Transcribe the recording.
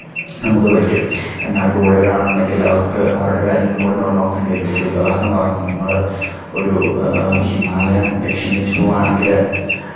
നമുക്ക് പറ്റും എന്നാല് കൂടെ ഒരാളുണ്ടെങ്കിൽ അവർക്ക് അവരുടെ കാര്യങ്ങൾ കൂടി നമ്മൾ നോക്കേണ്ടിവരും ഒരു ഉദാഹരണം പറഞ്ഞാൽ നമ്മൾ ഒരു ഹിമാലയം ലക്ഷ്യംവെച്ച് പോവുകയാണെങ്കിൽ